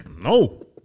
No